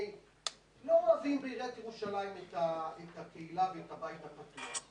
לא אוהבים בעיריית ירושלים את הקהילה ואת הבית הפתוח,